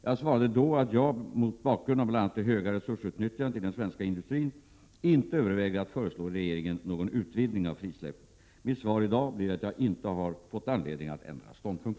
Jag svarade då att jag - mot bakgrund av bl.a. det höga resursutnyttjandet i den svenska industrin — inte övervägde att föreslå regeringen någon utvidgning av frisläppet. Mitt svar i dag blir att jag inte har fått anledning att ändra ståndpunkt.